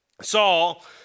Saul